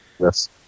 Yes